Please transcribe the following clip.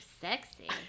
sexy